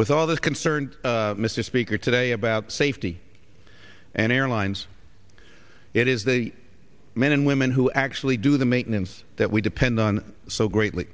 with all those concerned mr speaker today about safety and airlines it is the men and women who actually do the maintenance that we depend on so greatly